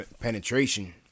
penetration